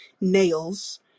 nails